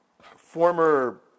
former